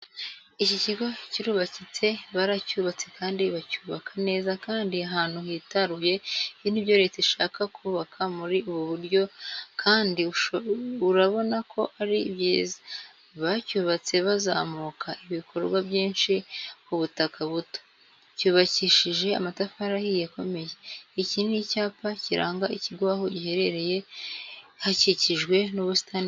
Iki kigo kirubakitse baracyubatse kandi bacyubaka neza kandi ahantu hitaruye ibi ni byo Leta ishaka kubaka muri ubu buryo kabdi urabonako ari byiza. Bacyubatse bazamuka, ibikorwa byinshi k ubutaka buto, cyubakishije amatafari ahiye akomeye, iki ni icyapa kiranga ikigo aho gihereye hakikijwe n'ubusitani bwiza.